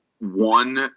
one